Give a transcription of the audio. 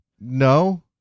No